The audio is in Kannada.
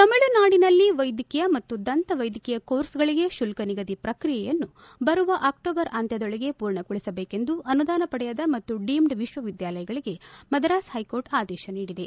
ತಮಿಳುನಾಡಿನಲ್ಲಿ ವೈದ್ಯಕೀಯ ಮತ್ತು ದಂತ ವೈದ್ಯಕೀಯ ಕೋರ್ಸ್ಗಳಿಗೆ ಶುಲ್ಕ ನಿಗದಿ ಪ್ರಕ್ರಿಯೆಯನ್ನು ಬರುವ ಅಕ್ಟೋಬರ್ ಅಂತ್ಯದೊಳಗೆ ಪೂರ್ಣಗೊಳಿಸಬೇಕೆಂದು ಅನುದಾನ ಪಡೆಯದ ಮತ್ತು ಡೀಮ್ಡ್ ವಿಶ್ವವಿದ್ಯಾಲಯಗಳಗೆ ಮದರಾಸ್ ಹೈಕೋರ್ಟ್ ಆದೇಶ ನೀಡಿದೆ